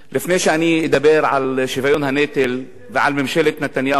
לפני שאדבר על שוויון בנטל ועל ממשלת נתניהו,